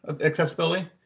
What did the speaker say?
accessibility